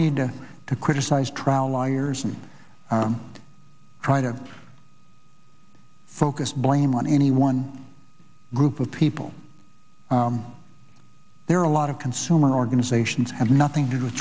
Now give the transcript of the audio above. need to criticize trial lawyers and try to focus blame on anyone group of people there are a lot of consumer organizations have nothing to do with